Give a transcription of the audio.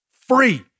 free